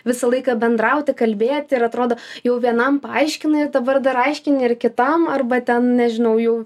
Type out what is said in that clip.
visą laiką bendrauti kalbėti ir atrodo jau vienam paaiškinai ir dabar dar aiškini ir kitam arba ten nežinau jau